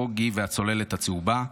פוגי והצוללת הצהובה,